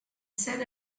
said